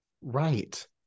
Right